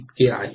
तर ते आहे